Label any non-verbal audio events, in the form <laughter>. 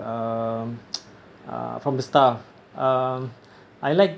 um <noise> uh from the staff um <breath> I like